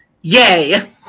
Yay